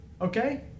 Okay